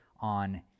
on